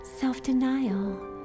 self-denial